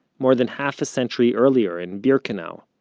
more than half a century earlier, in birkenau.